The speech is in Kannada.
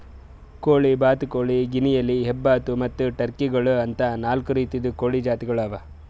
ಕೋಳಿ, ಬಾತುಕೋಳಿ, ಗಿನಿಯಿಲಿ, ಹೆಬ್ಬಾತು ಮತ್ತ್ ಟರ್ಕಿ ಗೋಳು ಅಂತಾ ನಾಲ್ಕು ರೀತಿದು ಕೋಳಿ ಜಾತಿಗೊಳ್ ಅವಾ